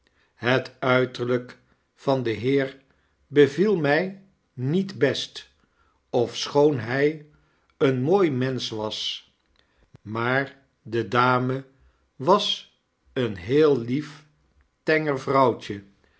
het uiterlyk van den heer beviel my niet best ofschoon li'j een mooi mensch was maar de dame was een heel lief tenger vrouwtje